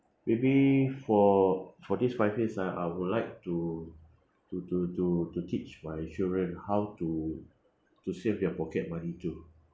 maybe for for these five years ah I would like to to to to to teach my children how to to save their pocket money to